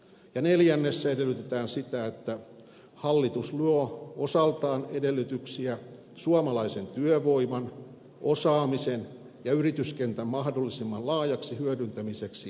neljännessä edellytetään sitä että hallitus luo osaltaan edellytyksiä suomalaisen työvoiman osaamisen ja yrityskentän mahdollisimman laajaksi hyödyntämiseksi ydinvoimahankkeissa